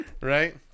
right